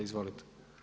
Izvolite.